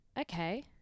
Okay